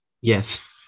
Yes